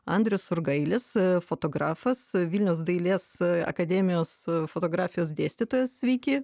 andrius surgailis fotografas vilniaus dailės akademijos fotografijos dėstytojas sveiki